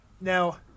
now